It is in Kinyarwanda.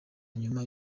nyuma